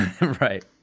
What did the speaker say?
Right